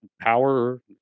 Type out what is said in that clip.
power